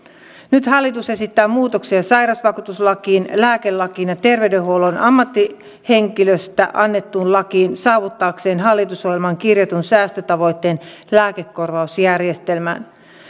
nyt hallitus esittää muutoksia sairausvakuutuslakiin lääkelakiin ja terveydenhuollon ammattihenkilöistä annettuun lakiin saavuttaakseen hallitusohjelmaan kirjatun säästötavoitteen lääkekorvausjärjestelmään